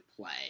play